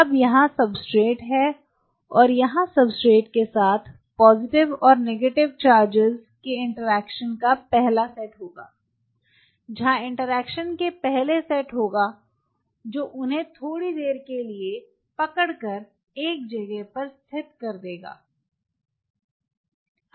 अब यहाँ सब्सट्रेट है और यहाँ सब्सट्रेट के साथ पॉजिटिव और नेगेटिव चार्जेज के इंटरेक्शन का पहला सेट होगा जहां इंटरेक्शन के पहले सेट होगा जो उन्हें थोड़ी देर के लिए पकड़ कर एक जगह पर स्थिर कर देंगे